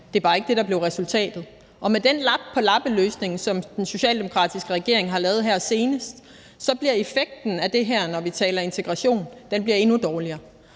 Det er bare ikke det, der blev resultatet. Og med den lap på en lappeløsning, som den socialdemokratiske regering har lavet her senest, bliver effekten af det her, når vi taler integration, endnu dårligere.